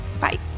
bye